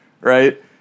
right